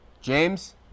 james